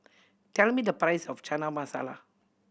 tell me the price of Chana Masala